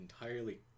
entirely